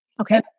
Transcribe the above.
Okay